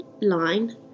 line